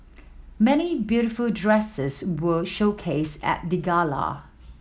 many beautiful dresses were showcased at the gala